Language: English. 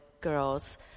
girls